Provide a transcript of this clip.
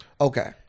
Okay